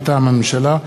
מטעם הממשלה: